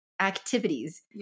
activities